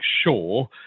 sure